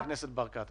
חבר הכנסת ברקת,